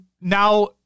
now